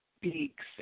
beaks